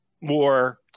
more